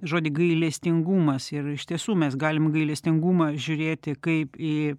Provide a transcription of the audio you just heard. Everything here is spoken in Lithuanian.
žodį gailestingumas ir iš tiesų mes galim gailestingumą žiūrėti kaip į